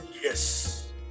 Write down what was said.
Yes